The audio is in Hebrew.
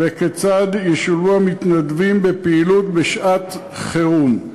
כיצד ישולבו המתנדבים בפעילות בשעת חירום,